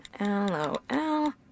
LOL